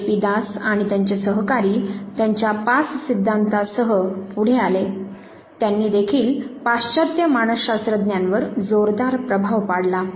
जे पी दास आणि त्यांचे सहकारी त्यांच्या 'पास सिद्धांता'सह पुढे आले त्यांनी देखील पाश्चात्य मानसशास्त्रज्ञांवर जोरदार प्रभाव पाडला